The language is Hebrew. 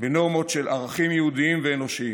בנורמות של ערכים יהודיים ואנושיים,